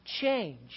change